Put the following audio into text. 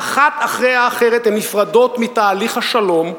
האחת אחרי האחרת הן נפרדות מתהליך השלום,